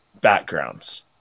backgrounds